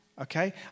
okay